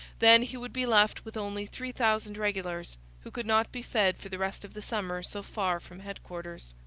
then he would be left with only three thousand regulars, who could not be fed for the rest of the summer so far from headquarters.